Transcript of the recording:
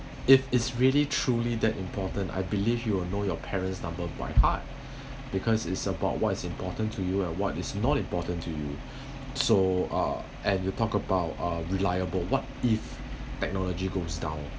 if it's really truly that important I believe you will know your parents' number by heart because it's about what's important to you and what is not important to you so uh and you talk about uh reliable what if technology goes down